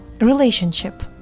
relationship